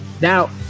now